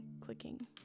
clicking